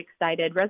excited